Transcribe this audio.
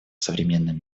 современном